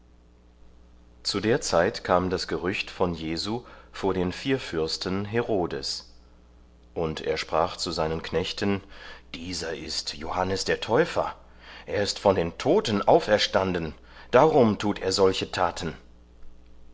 zu der zeit kam das gerücht von jesu vor den vierfürsten herodes und er sprach zu seinen knechten dieser ist johannes der täufer er ist von den toten auferstanden darum tut er solche taten